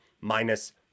minus